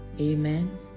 Amen